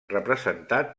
representat